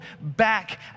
back